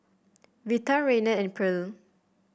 Vita Raynard and Pearle